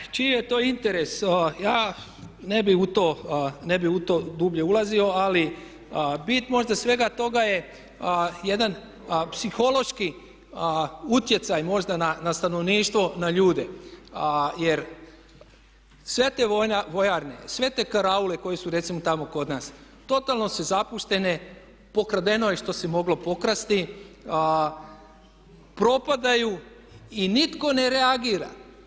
Pa sad čiji je to interes ja ne bih u to dublje ulazio ali bit možda svega toga je jedan psihološki utjecaj možda na stanovništvo, na ljude jer sve te vojarne, sve te karaule koje su recimo tamo kod nas totalno su zapuštene, pokradeno je što se moglo pokrasti, propadaju i nitko ne reagira.